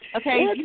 Okay